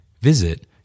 visit